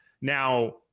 Now